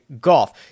golf